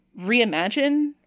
reimagine